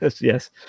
Yes